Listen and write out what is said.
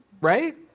right